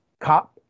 cop